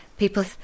People